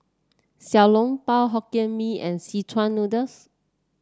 Xiao Long Bao Hokkien Mee and Szechuan Noodles